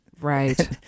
right